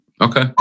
Okay